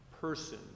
person